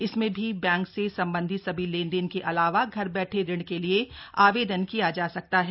इसमें भी बैंक से संबंधी सभी लेनदेन के अलावा घर बैठे ऋण के लिए आवेदन किया जा सकता है